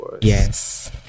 Yes